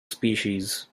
species